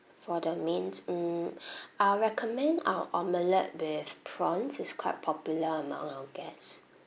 for the mains mm I'll recommend our omelette with prawns it's quite popular among our guests